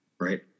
right